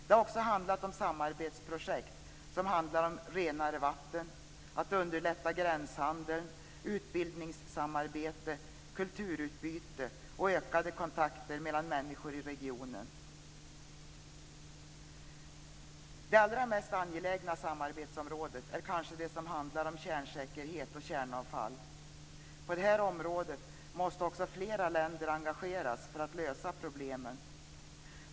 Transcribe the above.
Det har också handlat om samarbetsprojekt som gäller renare vatten, att underlätta gränshandeln, utbildningssamarbete, kulturutbyte och ökade kontakter mellan människor i regionen. Det allra mest angelägna samarbetsområdet är kanske det som handlar om kärnsäkerhet och kärnavfall. På det här området måste också flera länder engageras för att lösa problemen.